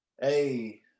hey